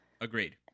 Agreed